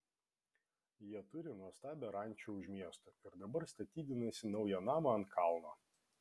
jie turi nuostabią rančą už miesto ir dabar statydinasi naują namą ant kalno